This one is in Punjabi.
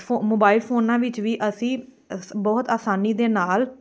ਫੋ ਮੋਬਾਇਲ ਫੋਨਾਂ ਵਿੱਚ ਵੀ ਅਸੀਂ ਅਸ ਬਹੁਤ ਆਸਾਨੀ ਦੇ ਨਾਲ